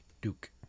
Duke